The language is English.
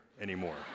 anymore